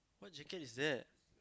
what jacket is that